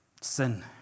Sin